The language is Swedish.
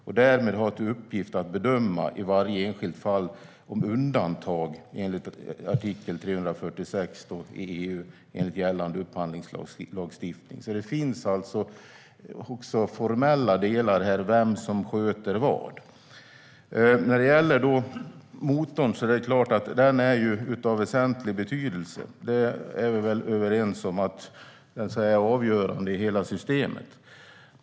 De har därmed till uppgift att bedöma i varje enskilt fall om undantag enligt artikel 346 enligt gällande upphandlingslagstiftning i EUF-fördraget. Det finns formella delar när det gäller vem som sköter vad. När det gäller motorn är den av väsentlig betydelse. Vi är väl överens om att den är avgörande i hela systemet.